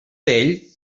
vell